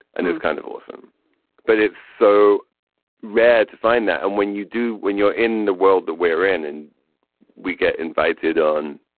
and it's kind of awesome but it's so rare to find that. and when you do when you're in the world that we're in and we get invited on